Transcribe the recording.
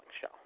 show